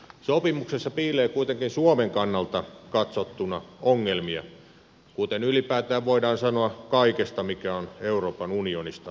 sopimuksessa piilee kuitenkin suomen kannalta katsottuna ongelmia kuten ylipäätään voidaan sanoa kaikesta mikä on euroopan unionista lähtöisin